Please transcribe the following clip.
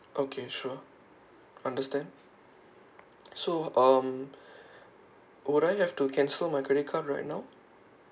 okay sure understand so um would I have to cancel my credit card right now